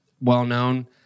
well-known